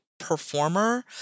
performer